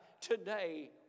Today